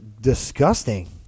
disgusting